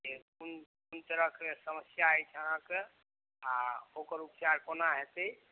जे कोन तरहके समस्या अछि अहाँकेँ आ ओकर उपचार कोना हेतै